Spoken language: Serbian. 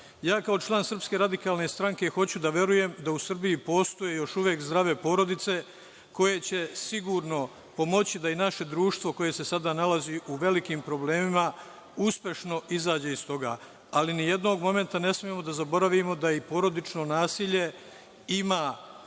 nama će to pokazati. Kao član SRS, hoću da verujem da u Srbiji postoje još uvek zdrave porodice koje će sigurno pomoći da i naše društvo koje se sada nalazi u velikim problemima uspešno izađe iz toga. Ali, nijednog momenta ne smemo da zaboravimo da i porodično nasilje ima